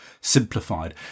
simplified